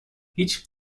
هیچ